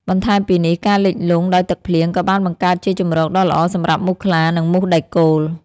បន្ថែមពីនេះ ការលិចលង់ដោយទឹកភ្លៀងក៏បានបង្កើតជាជម្រកដ៏ល្អសម្រាប់មូសខ្លា និងមូសដែកគោល។